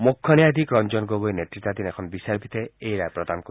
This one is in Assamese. মুখ্য ন্যায়াধীশ ৰঞ্জন গগৈ নেত়তাধীন এখন বিচাৰপীঠে এই ৰায় প্ৰদান কৰিব